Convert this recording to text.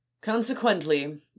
Consequently